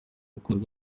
urukundo